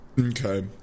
Okay